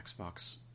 Xbox